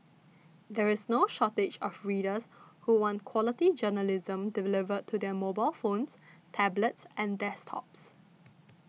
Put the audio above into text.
there is no shortage of readers who want quality journalism delivered to their mobile phones tablets and desktops